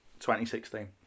2016